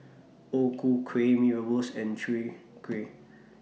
O Ku Kueh Mee Rebus and Chwee Kueh